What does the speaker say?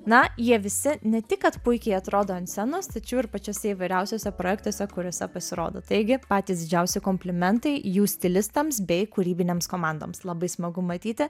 na jie visi ne tik kad puikiai atrodo ant scenos tačiau ir pačiuose įvairiausiuose projektuose kuriuose pasirodo taigi patys didžiausi komplimentai jų stilistams bei kūrybinėms komandoms labai smagu matyti